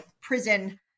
prison